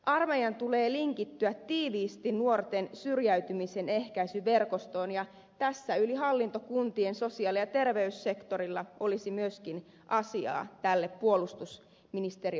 armeijan tulee linkittyä tiiviisti nuorten syrjäytymisenehkäisyverkostoon ja tässä sosiaali ja terveyssektorilla olisi myöskin yli hallintokuntien asiaa puolustusministeriön alueelle